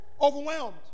overwhelmed